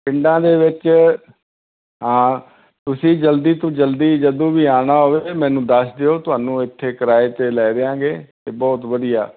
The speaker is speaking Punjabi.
ਪਿੰਡਾਂ ਦੇ ਵਿੱਚ ਹਾਂ ਤੁਸੀਂ ਜਲਦੀ ਤੋਂ ਜਲਦੀ ਜਦੋਂ ਵੀ ਆਉਣਾ ਹੋਵੇ ਮੈਨੂੰ ਦੱਸ ਦਿਓ ਤੁਹਾਨੂੰ ਇੱਥੇ ਕਿਰਾਏ 'ਤੇ ਲੈ ਦਿਆਂਗੇ ਅਤੇ ਬਹੁਤ ਵਧੀਆ